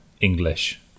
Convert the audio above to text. English